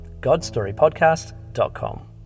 godstorypodcast.com